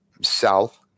south